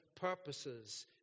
purposes